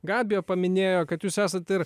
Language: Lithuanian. gabija paminėjo kad jūs esat ir